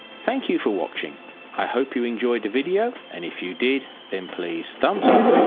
thank you for watching i, hope you enjoyed the video and if you did then please thumbs up,